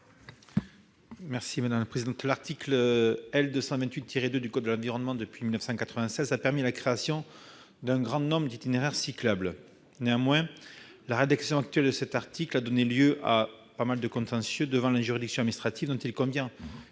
rectifié . L'existence de l'article L. 228-2 du code de l'environnement, depuis 1996, a permis la création d'un grand nombre d'itinéraires cyclables. Néanmoins, la rédaction actuelle de cet article a donné lieu à de nombreux contentieux devant les juridictions administratives, dont il convient,